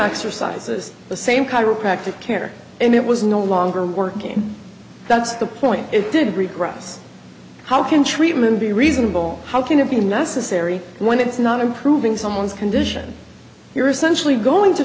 exercises the same chiropractic care and it was no longer working that's the point it did regress how can treatment be reasonable how can it be necessary when it's not improving someone's condition you're essentially going to